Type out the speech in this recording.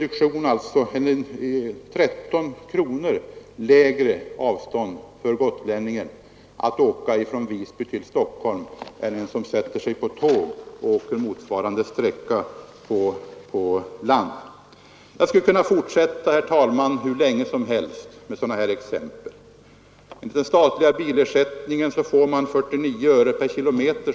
Det är alltså 13 kronor lägre kostnad för gotlänningen att åka från Visby till Stockholm än för den passagerare som sätter sig på tåg och reser motsvarande sträcka på land. Jag skulle kunna fortsätta hur länge som helst med sådana här exempel. I statlig bilersättning får man numera 49 öre per km.